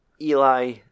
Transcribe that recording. Eli